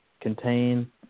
contain